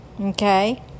Okay